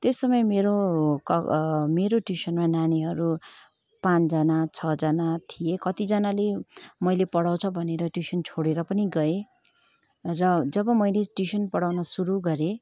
त्यस समय मेरो मेरो ट्युसनमा नानीहरू पाँचजना छजना थिए कतिजनाले मैले पढाँउछ भनेर ट्युसन छोडेर पनि गए र मैले जब ट्युसन पढाउन सुरू गरेँ